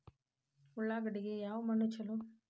ಉಳ್ಳಾಗಡ್ಡಿಗೆ ಯಾವ ಮಣ್ಣು ಛಲೋ?